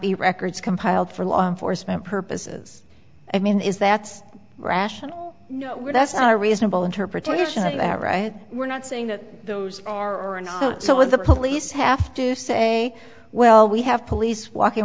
be records compiled for law enforcement purposes i mean is that's rational that's a reasonable interpretation is that right we're not saying that those are and so what the police have to say well we have police walking